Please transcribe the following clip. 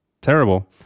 terrible